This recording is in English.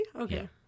Okay